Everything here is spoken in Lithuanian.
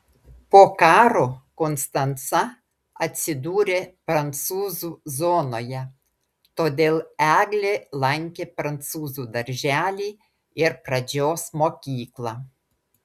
po karo konstanca atsidūrė prancūzų zonoje todėl eglė lankė prancūzų darželį ir pradžios mokyklą